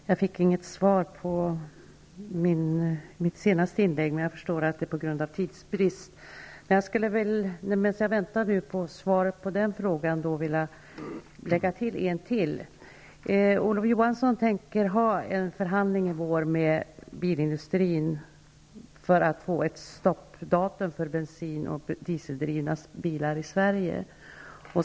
Herr talman! Jag fick inget svar på frågan i mitt senaste inlägg, men jag förstår att det är av tidsbrist. Men medan jag väntar på svaret på den frågan skulle jag vilja ställa ytterligare en fråga. Olof Johansson tänker i vår ha en förhandling med bilindustrin för att få ett stoppdatum för bensinoch dieseldrivna bilar i Sverige.